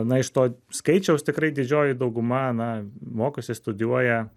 na iš to skaičiaus tikrai didžioji dauguma na mokosi studijuoja